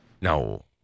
No